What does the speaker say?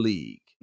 League